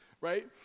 right